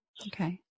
Okay